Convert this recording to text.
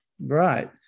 Right